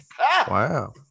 Wow